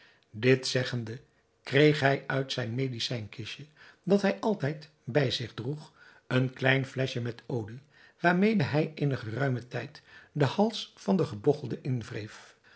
dit zeggende kreeg hij uit zijn medicijn kistje dat hij altijd bij zich droeg een klein fleschje met olie waarmede hij eenen geruimen tijd den hals van den gebogchelde inwreef